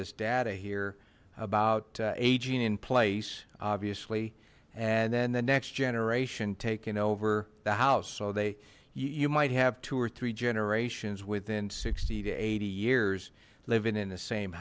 this data here about aging in place obviously and then the next generation taken over the house so they you might have two or three generations within sixty to eighty years living in the same